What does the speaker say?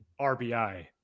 RBI